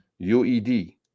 UED